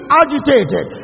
agitated